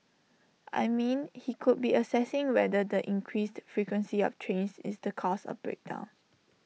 I mean he could be assessing whether the increased frequency of trains is the cause of the break down